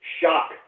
shock